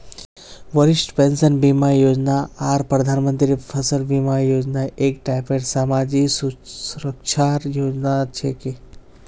वरिष्ठ पेंशन बीमा योजना आर प्रधानमंत्री फसल बीमा योजना एक टाइपेर समाजी सुरक्षार योजना छिके